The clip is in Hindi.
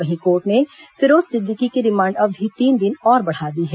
वहीं कोर्ट ने फिरोज सिद्दीकी की रिमांड अवधि तीन दिन और बढ़ा दी है